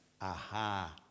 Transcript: Aha